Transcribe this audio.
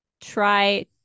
try